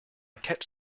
catch